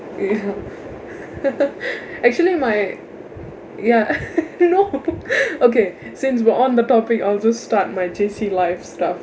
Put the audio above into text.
ya actually my ya no okay since we're on the topic I'll just start my J_C life stuff